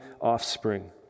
offspring